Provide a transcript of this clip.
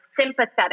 sympathetic